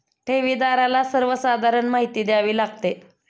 ठेवीदाराला सर्वसाधारण माहिती द्यावी लागते